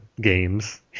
games